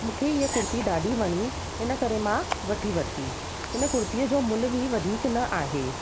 मूंखे हीअ कुर्ती ॾाढी वणी इन करे मां वठी वरिती इन कुर्ती जो मुल बि वधीक न आहे